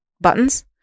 buttons